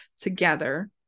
together